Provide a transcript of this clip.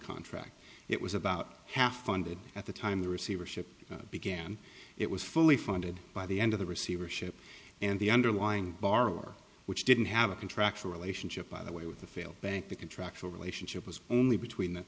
contract it was about half funded at the time the receivership began it was fully funded by the end of the receivership and the underlying borrower which didn't have a contractual relationship by the way with the failed bank the contractual relationship was only between the